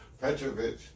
Petrovich